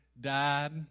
died